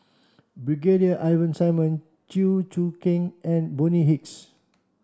Brigadier Ivan Simson Chew Choo Keng and Bonny Hicks